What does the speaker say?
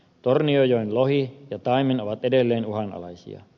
tornionjoen lohi ja taimen ovat edelleen uhanalaisia